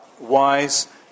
wise